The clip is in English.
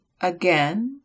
again